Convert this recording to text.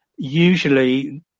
usually